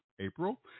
April